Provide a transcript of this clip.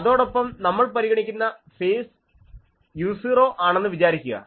അതോടൊപ്പം നമ്മൾ പരിഗണിക്കുന്ന ഫേസ് u0 ആണെന്ന് വിചാരിക്കുക